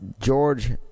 George